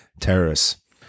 terrorists